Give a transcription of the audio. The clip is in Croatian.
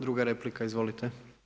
Druga replika, izvolite.